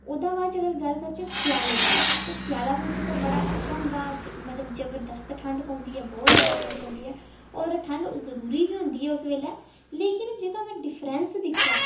ओह्दा हा बाद च अगर गल्ल करचै सेआले दी तां सेआला बी उद्धर दा बड़ा अच्छा होंदा मतलव जबरदस्त ठंड पौंदी ऐ बोह्त ठंड पौंदी ऐ और ठंड जरुरी बी होंदी ऐ उस बेल्लै लेकिन जेह्का में डिफरैंस दिक्खेआ